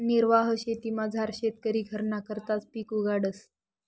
निर्वाह शेतीमझार शेतकरी घरना करताच पिक उगाडस